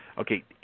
Okay